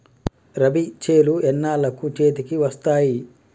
రబీ చేలు ఎన్నాళ్ళకు చేతికి వస్తాయి?